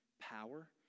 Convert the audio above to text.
power